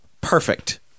perfect